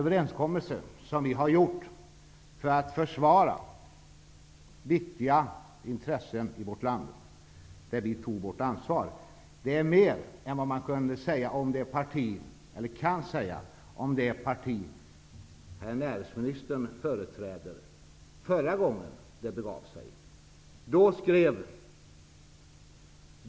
Om näringsministern vill kan jag tala om på vilken sida i protokollet det står. Där tog vi vårt ansvar. Det är mer än vad man kan säga att det parti herr näringsministern företräder gjorde förra gången det begav sig.